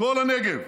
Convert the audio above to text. כל הנגב.